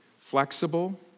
flexible